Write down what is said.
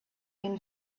been